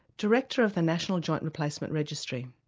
director of the national joint replacement registry.